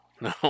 no